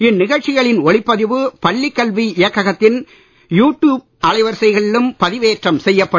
இந்நிகழ்ச்சிகளின் ஒளிப்பதிவு பள்ளிக்கல்வி இயக்ககத்தின் யு ட்யூப் அலைவரிசையிலும் பதிவேற்றம் செய்யப்படும்